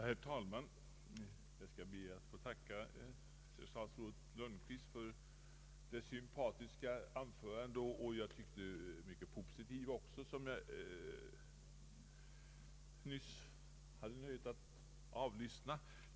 Herr talman! Jag ber att få tacka statsrådet Lundkvist för det sympatiska och mycket positiva anförande jag nyss hade nöjet avlyssna.